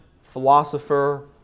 philosopher